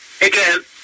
again